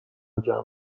جمع